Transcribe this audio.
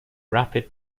rapid